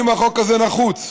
אם החוק הזה נחוץ.